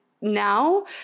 now